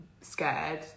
scared